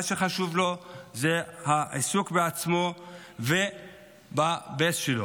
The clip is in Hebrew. מה שחשוב לו זה העיסוק בעצמו ובבייס שלו.